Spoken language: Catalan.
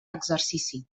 exercici